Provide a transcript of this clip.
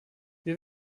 wir